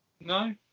no